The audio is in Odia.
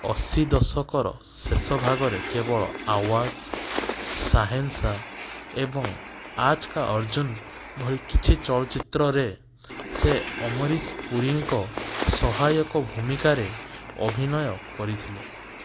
ଅଶୀ ଦଶକର ଶେଷ ଭାଗରେ କେବଳ ଆୱାଜ ଶାହେନଶା ଏବଂ ଆଜ୍କା ଅର୍ଜୁନ ଭଳି କିଛି ଚଳଚ୍ଚିତ୍ରରେ ସେ ଅମରିଶ ପୁରୀଙ୍କ ସହାୟକ ଭୂମିକାରେ ଅଭିନୟ କରିଥିଲେ